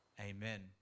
Amen